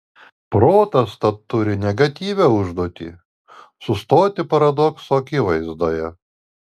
protas tad turi negatyvią užduotį sustoti paradokso akivaizdoje